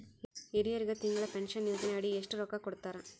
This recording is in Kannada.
ಹಿರಿಯರಗ ತಿಂಗಳ ಪೀನಷನಯೋಜನ ಅಡಿ ಎಷ್ಟ ರೊಕ್ಕ ಕೊಡತಾರ?